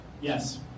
Yes